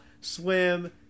swim